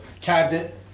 cabinet